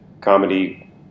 comedy